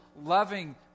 loving